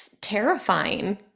terrifying